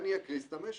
אני אקריס את המשק.